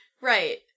Right